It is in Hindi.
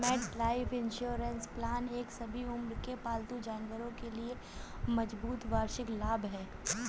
मेटलाइफ इंश्योरेंस प्लान एक सभी उम्र के पालतू जानवरों के लिए मजबूत वार्षिक लाभ है